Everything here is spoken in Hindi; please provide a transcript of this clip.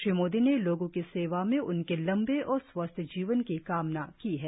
श्री मोदी ने लोगो की सेवा में उनके लंबे और स्वस्थ जीवन की कामना की है